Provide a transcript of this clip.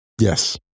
Yes